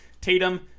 Tatum